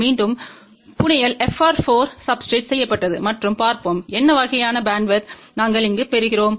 மீண்டும் புனையல் FR4 சப்ஸ்டிரேட்றில் செய்யப்பட்டது மற்றும் பார்ப்போம் என்ன வகையான பேண்ட்வித்யை நாங்கள் இங்கு பெறுகிறோம்